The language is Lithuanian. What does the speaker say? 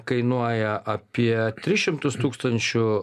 kainuoja apie tris šimtus tūkstančių